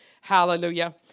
Hallelujah